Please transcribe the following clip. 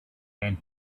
and